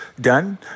done